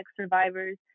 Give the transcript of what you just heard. survivors